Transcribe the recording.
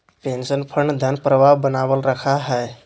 pension fund धन प्रवाह बनावल रखा हई